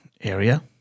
area